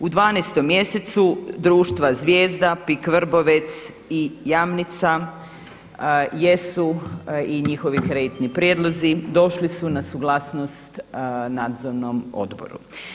U 12. mjesecu društva Zvijezda, PIK Vrbovec i Jamnica jesu i njihovi kreditni prijedlozi došli su na suglasnost Nadzornom odboru.